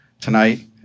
tonight